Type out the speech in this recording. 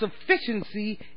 sufficiency